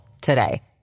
today